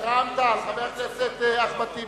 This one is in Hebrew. חבר הכנסת אחמד טיבי,